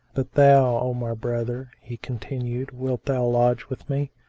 but thou, o my brother, he continued wilt thou lodge with me?